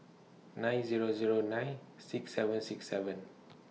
nine Zero Zero nine six seven six seven